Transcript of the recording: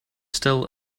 still